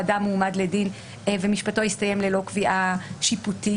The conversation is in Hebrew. אדם הועמד לדין ומשפטו הסתיים ללא קביעה שיפוטית.